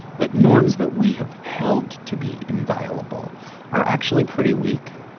that norms that we have held to be inviolable are actually pretty weak